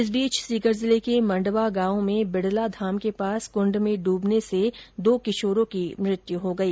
इसी बीच सीकर जिले के मंडवा गांव में बिडला धाम के पास कुंड में डूबने से दो किशोरों की मृत्यु हो गई